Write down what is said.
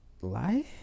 lie